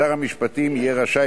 שר המשפטים יהיה רשאי,